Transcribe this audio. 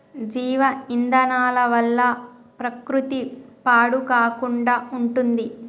జీవ ఇంధనాల వల్ల ప్రకృతి పాడు కాకుండా ఉంటుంది